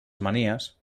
manies